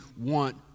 want